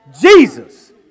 Jesus